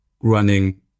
running